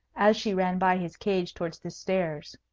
as she ran by his cage towards the stairs.